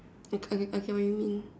I I get what you mean